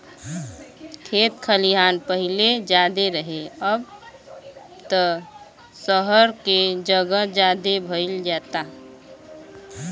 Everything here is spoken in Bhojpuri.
खेत खलिहान पाहिले ज्यादे रहे, अब त सहर के जगह ज्यादे भईल जाता